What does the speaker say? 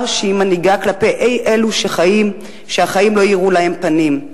שהיא מנהיגה כלפי אלו שהחיים לא האירו להם פנים,